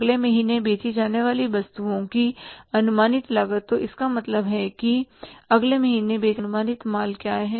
अगले महीने बेची जाने वाली वस्तुओं की अनुमानित लागत तो इसका मतलब है कि अगले महीने बेचा जाने वाला अनुमानित माल क्या है